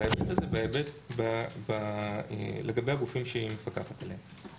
ההיבט הזה לגבי הגופים שהיא מפקחת עליהם.